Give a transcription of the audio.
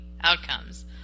outcomes